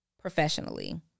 professionally